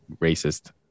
racist